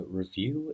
review